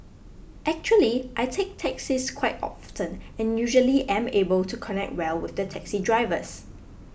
actually I take taxis quite often and usually am able to connect well with the taxi drivers